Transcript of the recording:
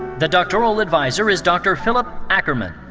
the doctoral adviser is dr. philip ackerman.